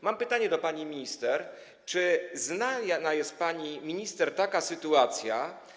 Mam pytanie do pani minister: Czy znana jest pani minister następująca sytuacja?